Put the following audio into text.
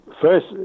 first